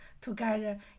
together